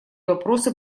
вопросы